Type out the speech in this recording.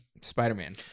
Spider-Man